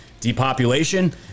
depopulation